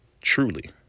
Truly